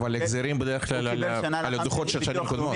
אבל ההחזרים הם בדרך כלל על הדו"חות של שנים קודמות.